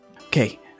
Okay